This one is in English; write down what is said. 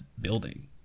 building